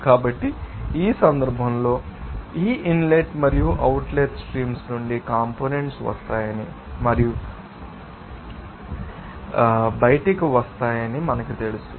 కాబట్టి ఈ సందర్భంలో ఈ ఇన్లెట్ మరియు అవుట్లెట్ స్ట్రీమ్స్ నుండి కంపోనెంట్స్ ు వస్తాయని మరియు బయటకు వస్తాయని మీకు తెలుసు